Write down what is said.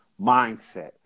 mindset